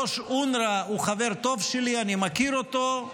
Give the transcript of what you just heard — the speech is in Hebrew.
ראש אונר"א הוא חבר טוב שלי, אני מכיר אותו,